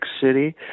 City